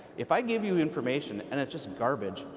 if i gave you information, and it's just garbage,